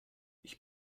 ich